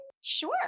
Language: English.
Sure